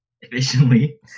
efficiently